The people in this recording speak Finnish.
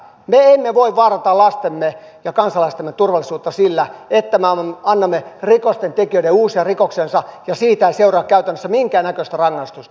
me emme voi vaarantaa lastemme ja kansalaistemme turvallisuutta sillä että me annamme rikostentekijöiden uusia rikoksiansa ja siitä ei seuraa käytännössä minkäännäköistä rangaistusta